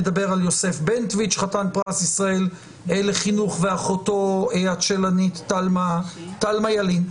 נדבר על יוסף בנטואיץ' חתן פרס ישראל לחינוך ואחותו הצ'לנית תלמה ילין,